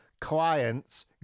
clients